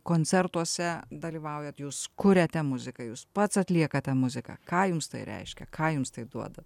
koncertuose dalyvaujat jūs kuriate muziką jūs pats atliekate muziką ką jums tai reiškia ką jums tai duoda